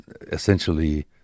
essentially